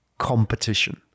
competition